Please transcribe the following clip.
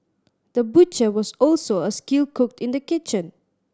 the butcher was also a skilled cook in the kitchen